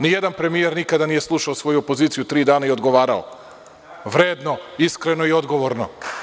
Ni jedan premijer nikada nije slušao svoju opoziciju tri dana i odgovarao, vredno, iskreno i odgovorno!